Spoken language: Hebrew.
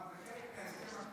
מה, זה חלק מההסכם הקואליציוני?